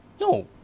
No